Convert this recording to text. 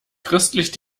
christlich